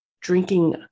drinking